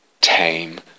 tame